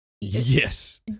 yes